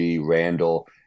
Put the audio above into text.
randall